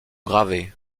gravé